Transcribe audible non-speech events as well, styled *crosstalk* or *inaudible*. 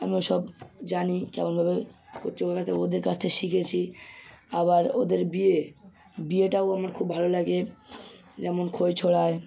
আমিও সব জানি কেমন ভাবে *unintelligible* ওদের কাছ থেকে শিখেছি আবার ওদের বিয়ে বিয়েটাও আমার খুব ভালো লাগে যেমন খই ছোড়ায়